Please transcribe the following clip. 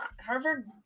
Harvard